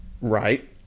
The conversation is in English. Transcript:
Right